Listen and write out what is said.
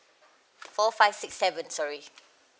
four five six seven sorry